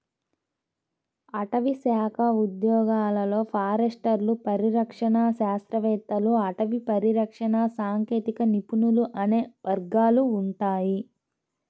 అటవీశాఖ ఉద్యోగాలలో ఫారెస్టర్లు, పరిరక్షణ శాస్త్రవేత్తలు, అటవీ పరిరక్షణ సాంకేతిక నిపుణులు అనే వర్గాలు ఉంటాయి